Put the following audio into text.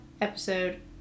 episode